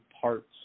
parts